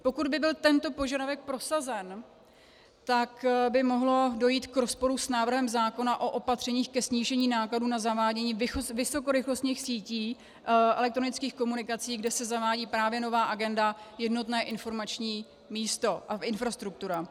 Pokud by byl tento požadavek prosazen, tak by mohlo dojít k rozporu s návrhem zákona o opatřeních ke snížení nákladů na zavádění vysokorychlostních sítí elektronických komunikací, kde se zavádí právě nová agenda jednotné informační místo a infrastruktura.